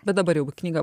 bet dabar knyga